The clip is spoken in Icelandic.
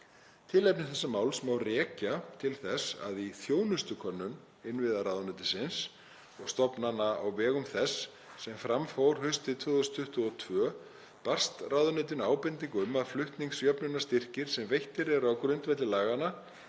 Tilefni þessa máls má rekja til þess að í þjónustukönnun innviðaráðuneytisins og stofnana á vegum þess sem fram fór haustið 2022 barst ráðuneytinu ábending um að flutningsjöfnunarstyrkir sem veittir eru á grundvelli laganna